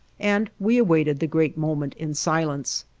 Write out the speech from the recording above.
and we awaited the great moment in silence.